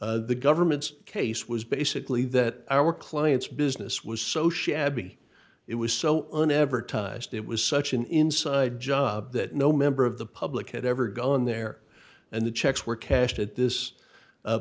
s the government's case was basically that our client's business was so shabby it was so an advertised it was such an inside job that no member of the public had ever gone there and the checks were cashed at this